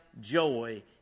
joy